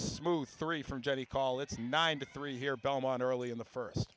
smooth three from jenny call it's nine to three here belmont early in the first